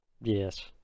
Yes